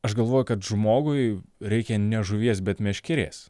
aš galvoju kad žmogui reikia ne žuvies bet meškerės